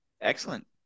excellent